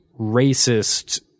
racist